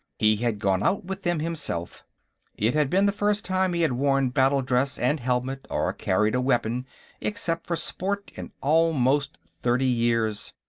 he had gone out with them, himself it had been the first time he had worn battle-dress and helmet or carried a weapon except for sport in almost thirty years.